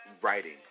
writing